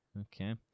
Okay